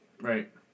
Right